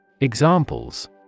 Examples